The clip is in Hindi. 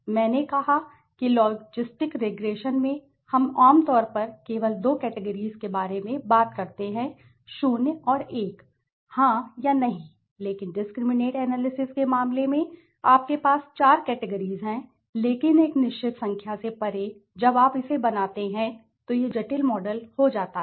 मैंने कहा कि लॉजिस्टिक रिग्रेशन में हम आम तौर पर केवल दो कैटेगरीज़ के बारे में बात करते हैं 0 और 1 हाँ या नहीं लेकिन डिस्क्रिमिनैंट एनालिसिस के मामले में आपके पास चार कैटेगरीज़ हैं लेकिन एक निश्चित संख्या से परे जब आप इसे बनाते हैं तो यह जटिल हो जाता है बहुत ही जटिल मॉडल हो जाता है